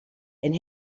and